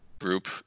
group